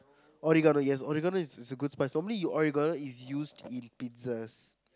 oregano yes oregano is is a good spice normally you oregano is used in pizzas